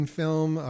film